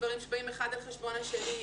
דברים שבאים אחד על חשבון השני,